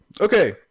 Okay